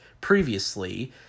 previously